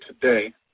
today